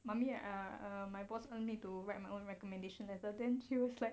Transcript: mummy ah err my boss want me to write my own recommendation letter then she was like